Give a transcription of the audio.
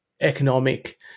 economic